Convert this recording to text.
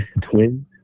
Twins